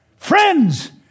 Friends